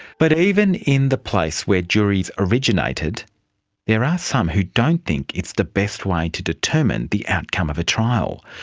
but even in the place where juries originated there are some who don't think it's the best way to determine the outcome of a trial.